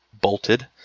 bolted